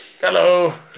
Hello